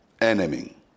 enemy